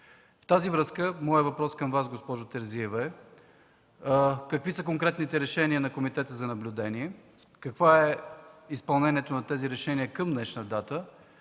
В тази връзка въпросите ми към Вас, госпожо Терзиева, са: какви са конкретните решения на Комитета за наблюдение и какво е изпълнението на тези решения към днешна дата?